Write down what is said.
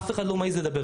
אף אחד לא מעז לדבר.